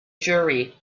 jury